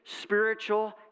spiritual